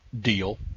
deal